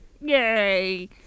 Yay